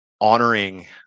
honoring